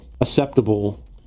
acceptable